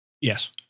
Yes